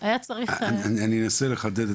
אני אנסה לחדד.